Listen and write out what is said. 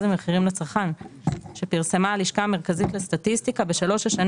המחירים לצרכן שפרסמה הלשכה המרכזית לסטטיסטיקה בשלוש השנים